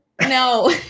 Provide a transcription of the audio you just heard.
No